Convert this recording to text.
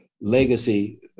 legacy